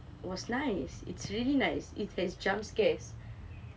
was nice it's really nice it has jump scares